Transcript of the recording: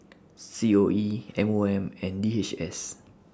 C O E M O M and D H S